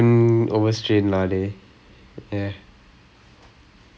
(uh huh) ஏனா அந்த பிரச்சனை என்னன்னா:aenaa antha pirachanai ennannaa that முதுகு:muthuku thing right